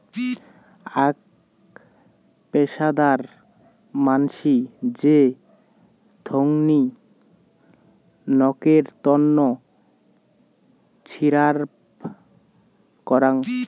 আক পেশাদার মানসি যে থোঙনি নকের তন্ন হিছাব করাং